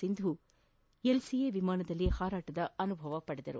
Sindhu LCA ವಿಮಾನದಲ್ಲಿ ಹಾರಾಟದ ಅನುಭವ ಪಡೆದರು